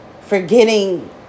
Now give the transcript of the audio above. forgetting